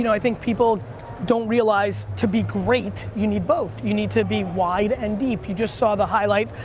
you know i think people don't realize to be great, you need both. you need to be wide and deep. you just saw the highlight.